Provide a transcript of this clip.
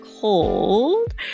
cold